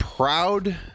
proud